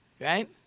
right